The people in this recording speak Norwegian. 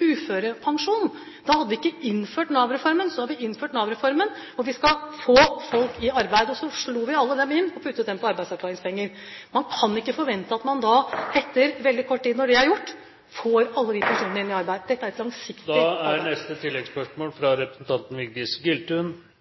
uførepensjon. Da hadde vi ikke innført Nav-reformen. Nå har vi innført Nav-reformen, og vi skal få folk i arbeid. Og så slo vi alle dem sammen og ga dem arbeidsavklaringspenger. Man kan ikke forvente at man veldig kort tid etter at det er gjort, får alle de personene inn i arbeid. Dette er et langsiktig arbeid. Vigdis Giltun – til oppfølgingsspørsmål. Jeg syns at regjeringens politikk på dette området er